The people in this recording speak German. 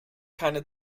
keine